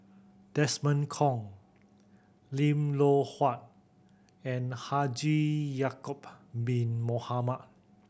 Desmond Kon Lim Loh Huat and Haji Ya'acob Bin Mohamed